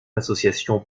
associations